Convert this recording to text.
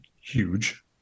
huge